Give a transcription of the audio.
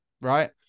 right